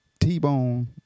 T-Bone